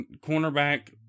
Cornerback